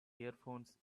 earphones